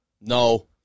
No